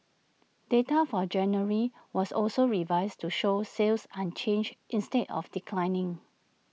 data for January was also revised to show sales unchanged instead of declining